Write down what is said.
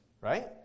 right